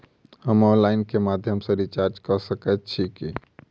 हम ऑनलाइन केँ माध्यम सँ रिचार्ज कऽ सकैत छी की?